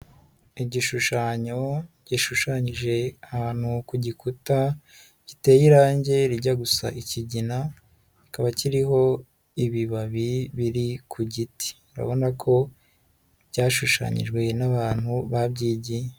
Igishushanyo gishushanyije ahantu ku gikuta giteye irange rijya gusa ikigina kikaba kiriho ibibabi biri ku giti urabona ko byashushanyijwe n'abantu babyigiye.